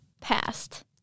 past